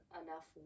enough